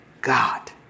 God